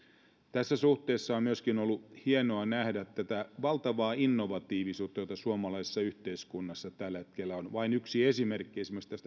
tässä suhteessa on myöskin ollut hienoa nähdä tätä valtavaa innovatiivisuutta jota suomalaisessa yhteiskunnassa tällä hetkellä on vain yksi esimerkki